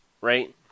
right